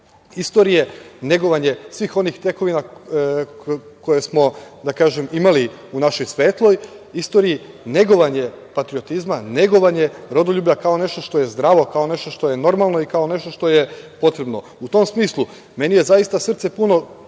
istorije, negovanje svih onih tekovina koje smo imali u našoj svetloj istoriji, negovanje patriotizma, negovanje rodoljublja kao nešto što je zdravo, kao nešto što je normalno i kao nešto što je potrebno. U tom smislu meni je zaista srce puno. Ja